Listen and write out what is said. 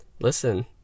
listen